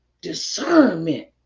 discernment